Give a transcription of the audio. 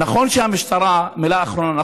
מילה אחרונה.